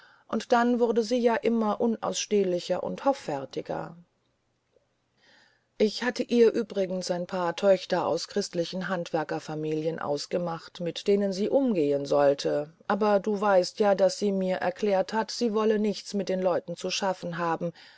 und dann wurde sie ja immer unausstehlicher und hoffärtiger ich hatte ihr übrigens ein paar töchter aus christlichen handwerkerfamilien ausgemacht mit denen sie umgehen sollte aber du weißt ja daß sie mir erklärt hat sie wolle nichts mit den leuten zu schaffen haben